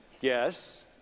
Yes